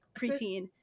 preteen